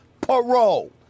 parole